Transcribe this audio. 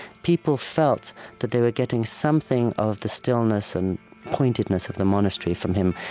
people felt that they were getting something of the stillness and pointedness of the monastery from him,